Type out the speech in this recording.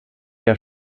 der